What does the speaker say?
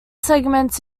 segments